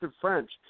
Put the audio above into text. French